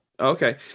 Okay